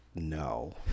No